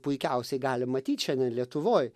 puikiausiai galim matyt šiandien lietuvoj